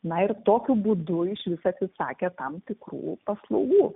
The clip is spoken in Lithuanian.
na ir tokiu būdu išvis atsisakė tam tikrų paslaugų